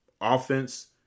offense